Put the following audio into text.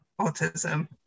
autism